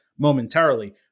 momentarily